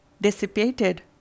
dissipated